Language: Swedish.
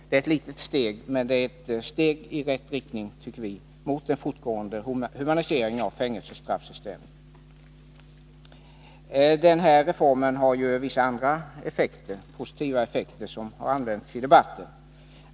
Det är ett litet steg, men det är ett steg i rätt riktning mot en fortgående humanisering av fängelsestraffsystemet. Denna reform medför andra positiva effekter, som har anförts i debatten.